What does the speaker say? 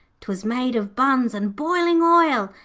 twas made of buns and boiling oil,